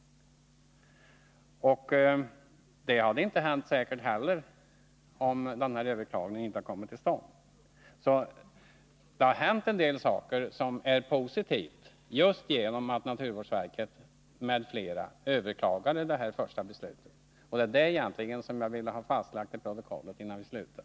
Det hade säkert inte hänt om inte överklagandet gjorts. Det har alltså hänt en del saker som är positiva, just genom att naturvårdsverket m.fl. överklagade det första beslutet. Det var egentligen det som jag ville ha fastlagt i protokollet innan vi slutar.